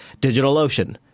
DigitalOcean